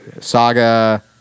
Saga